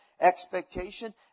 expectation